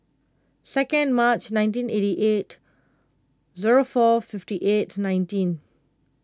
second March nineteen eighty eight zero four fifty eight nineteen